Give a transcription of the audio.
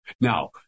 Now